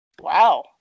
Wow